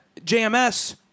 JMS